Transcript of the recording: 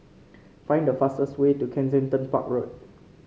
find the fastest way to Kensington Park Road